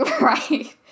Right